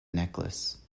necklace